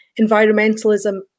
environmentalism